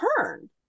turn